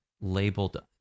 labeled